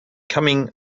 coming